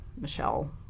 Michelle